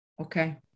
Okay